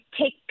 take